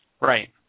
Right